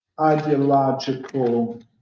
ideological